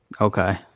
Okay